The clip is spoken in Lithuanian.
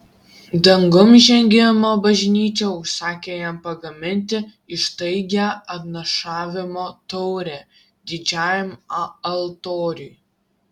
dangun žengimo bažnyčia užsakė jam pagaminti ištaigią atnašavimo taurę didžiajam altoriui